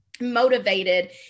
Motivated